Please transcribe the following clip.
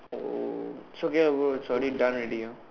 oh it's okay ah bro it's already done already ah